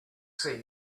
see